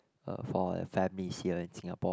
uh for families here in Singapore